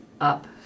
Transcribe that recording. up